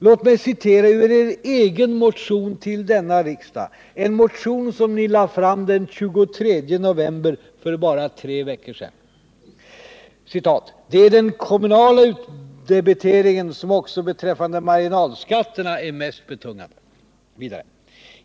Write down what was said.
Låt mig citera ur er egen motion till denna riksdag, en motion som ni lade fram den 23 november — för bara tre veckor sedan: ”Det är den kommunala utdebiteringen som också beträffande marginaleffekterna är mest betungande tämligen högt upp i inkomstlägena.